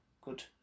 good